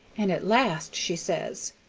and at last she says,